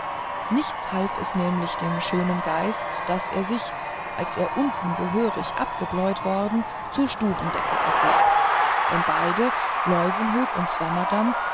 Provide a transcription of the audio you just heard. nichts half es nämlich dem schönen geist daß er sich als er unten gehörig abgebläut worden zur stubendecke erhob denn beide leuwenhoek und